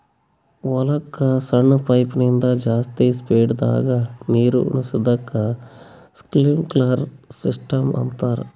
ಹೊಲಕ್ಕ್ ಸಣ್ಣ ಪೈಪಿನಿಂದ ಜಾಸ್ತಿ ಸ್ಪೀಡದಾಗ್ ನೀರುಣಿಸದಕ್ಕ್ ಸ್ಪ್ರಿನ್ಕ್ಲರ್ ಸಿಸ್ಟಮ್ ಅಂತಾರ್